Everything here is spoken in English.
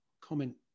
comment